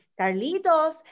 Carlitos